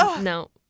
No